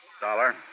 Dollar